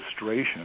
illustration